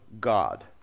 God